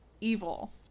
evil